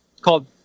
called